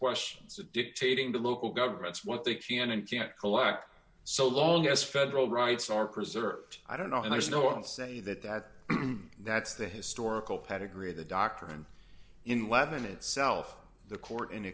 questions dictating to local governments what they can and can't collect so long as federal rights are preserved i don't know and there's no i don't say that that that's the historical pedigree of the doctrine in latin itself the court